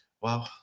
Wow